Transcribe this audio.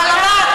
סלמאת.